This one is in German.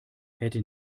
hätte